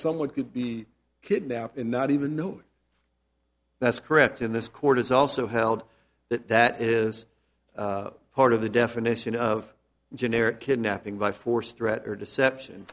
someone could be kidnapped and not even know that's correct in this court is also held that that is part of the definition of generic kidnapping by force threat or deception